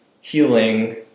healing